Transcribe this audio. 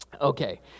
Okay